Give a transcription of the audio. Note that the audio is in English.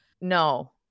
No